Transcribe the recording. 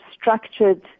structured